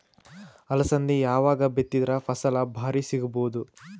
ಅಲಸಂದಿ ಯಾವಾಗ ಬಿತ್ತಿದರ ಫಸಲ ಭಾರಿ ಸಿಗಭೂದು?